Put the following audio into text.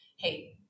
Hey